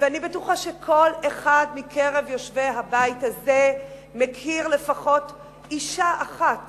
ואני בטוחה שכל אחד מקרב יושבי הבית הזה מכיר באופן אישי לפחות אשה אחת